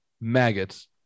maggots